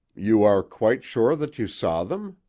you are quite sure that you saw them?